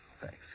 Thanks